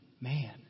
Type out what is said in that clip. man